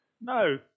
No